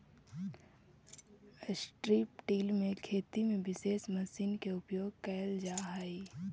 strip till में खेती में विशेष मशीन के उपयोग कैल जा हई